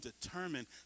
determined